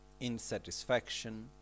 insatisfaction